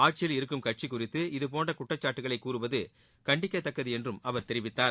ஆட்சியில் இருக்கும் கட்சி குறித்து இதபோன்ற குற்றச்சாட்டுக்களை கூறுவது கண்டிக்கத்தக்கது என்று அவர் தெரிவித்தார்